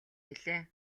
билээ